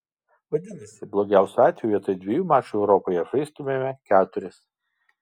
vadinasi blogiausiu atveju vietoje dviejų mačų europoje žaistumėme keturis